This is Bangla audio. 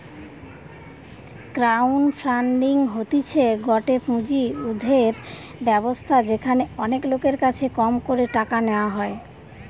ক্রাউড ফান্ডিং হতিছে গটে পুঁজি উর্ধের ব্যবস্থা যেখানে অনেক লোকের কাছে কম করে টাকা নেওয়া হয়